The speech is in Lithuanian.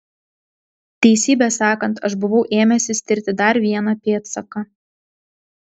teisybę sakant aš buvau ėmęsis tirti dar vieną pėdsaką